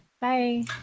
Bye